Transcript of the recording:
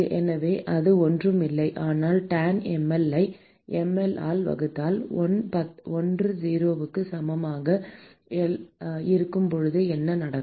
எனவே அது ஒன்றுமில்லை ஆனால் tanh mL ஐ mL ஆல் வகுத்தால் l 0க்கு சமமாக இருக்கும்போது என்ன நடக்கும்